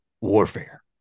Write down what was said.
warfare